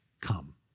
come